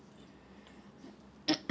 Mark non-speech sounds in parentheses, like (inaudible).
(coughs)